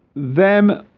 them